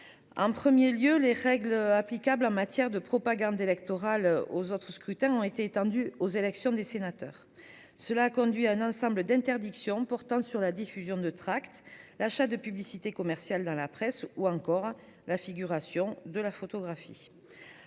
En 1er lieu les règles applicables en matière de propagande électorale aux autres scrutins ont été étendu aux élections des sénateurs. Cela a conduit à un ensemble d'interdiction portant sur la diffusion de tracts l'achat de publicités commerciales dans la presse ou encore la figuration de la photographie.